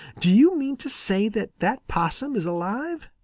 do you mean to say that that possum is alive?